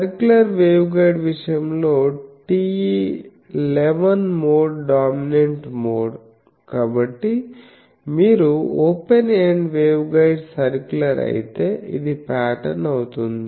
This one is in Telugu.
సర్క్యులర్ వేవ్గైడ్ విషయంలో TE11 మోడ్ డామినెంట్ మోడ్ కాబట్టి మీరు ఓపెన్ ఎండ్ వేవ్గైడ్ సర్క్యులర్ అయితే ఇది ప్యాటర్న్ అవుతుంది